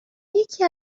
یکی